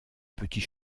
petit